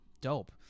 Dope